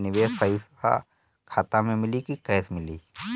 निवेश पइसा खाता में मिली कि कैश मिली?